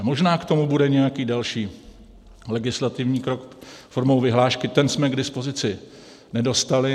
Možná k tomu bude nějaký další legislativní krok formou vyhlášky, ten jsme k dispozici nedostali.